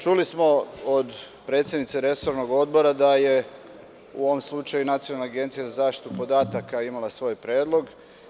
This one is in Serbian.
Čuli smo od predsednice resornog odbora da je u ovom slučaju Nacionalna agencija za zaštitu podataka imala svoj predlog.